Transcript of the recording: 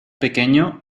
pequeño